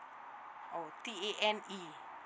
oh T A N E